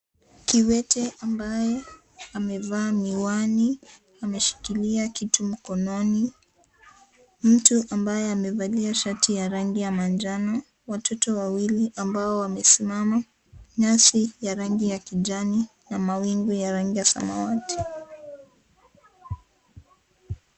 Kiwete ambaye amevaa miwani ameshikilia kitu mkononi. Mtu ambaye amevalia shati ya rangi ya manjano, watoto wawili ambao wamesimama, nyasi ya rangi ya kijani na mawingu ya rangi ya samawati.